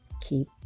keep